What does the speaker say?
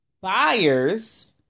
buyers